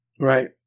Right